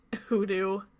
hoodoo